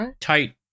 tight